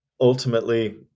ultimately